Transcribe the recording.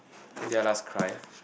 when did I last cry